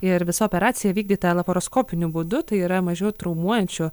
ir visa operacija vykdyta laparoskopiniu būdu tai yra mažiau traumuojančiu